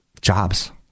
Jobs